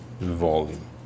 volume